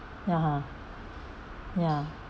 (uh huh) ya